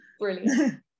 Brilliant